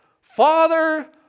Father